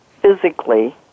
physically